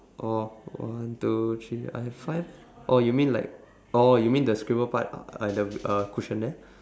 oh one two three I have five oh you mean like oh you mean the scribble part a~ at the (uh)cushion there